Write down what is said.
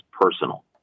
personal